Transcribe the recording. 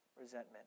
Resentment